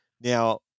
Now